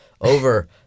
over